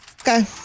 Okay